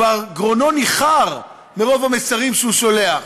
כבר גרונו ניחר מרוב המסרים שהוא שולח,